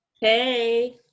Hey